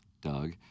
Doug